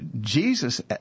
Jesus